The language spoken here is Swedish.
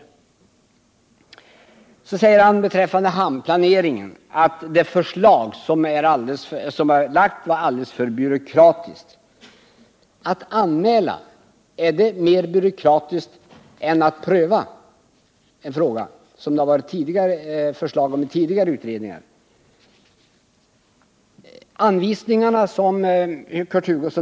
Vidare säger Kurt Hugosson att det förslag som framlagts beträffande hamnplaneringen är alltför byråkratiskt. Är det mer byråkratiskt att en investering skall anmälas än att den, som tidigare utredningar föreslagit, skall prövas?